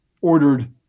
ordered